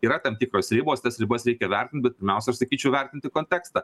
yra tam tikros ribos tas ribas reikia vertint bet pirmiausia aš sakyčiau vertinti kontekstą